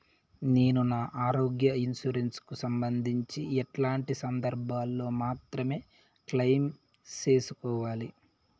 నేను నా ఆరోగ్య ఇన్సూరెన్సు కు సంబంధించి ఎట్లాంటి సందర్భాల్లో మాత్రమే క్లెయిమ్ సేసుకోవాలి?